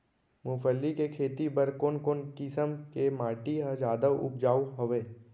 मूंगफली के खेती बर कोन कोन किसम के माटी ह जादा उपजाऊ हवये?